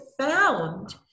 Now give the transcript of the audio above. found